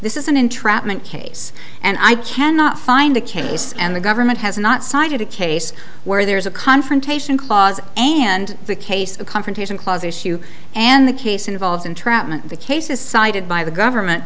this is an entrapment case and i cannot find a case and the government has not cited a case where there's a confrontation clause and the case a confrontation clause issue and the case involves entrapment the cases cited by the government